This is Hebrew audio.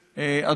היושב-ראש.